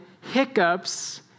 hiccups